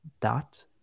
Dot